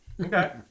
Okay